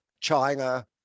China